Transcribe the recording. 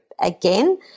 again